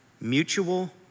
mutual